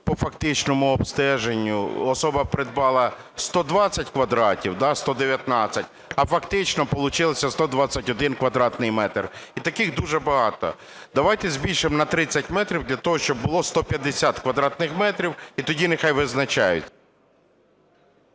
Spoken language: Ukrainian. по фактичному обстеженню, особа придбала 120 квадратів, 119, а фактично получилося 121 квадратний метр, і таких дуже багато. Давайте збільшимо на 30 метрів для того, щоб було 150 квадратних метрів, і тоді нехай визначають.